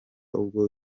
ubwo